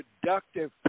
productive